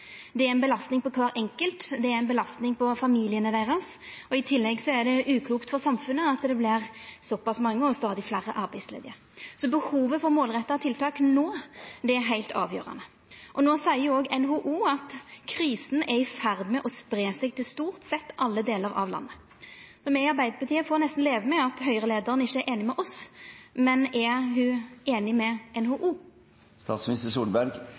Det er ei belastning på kvar enkelt, og det er ei belastning på familiane deira, og i tillegg er det uklokt for samfunnet at det vert såpass mange og stadig fleire arbeidslause. Så behovet for målretta tiltak no er heilt avgjerande. No seier òg NHO at krisen er i ferd med å spreia seg til stort sett alle delar av landet. Me i Arbeidarpartiet får nesten leva med at Høgre-leiaren ikkje er einig med oss, men er ho einig med